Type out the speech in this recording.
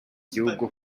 gihugu